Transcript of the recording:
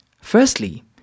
firstly